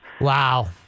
Wow